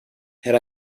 had